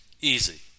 Easy